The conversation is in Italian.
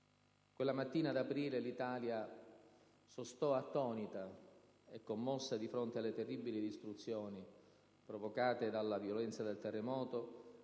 Quella mattina d'aprile l'Italia intera sostò attonita e commossa di fronte alle terribili distruzioni provocate dalla violenza del terremoto,